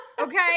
okay